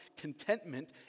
contentment